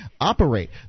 operate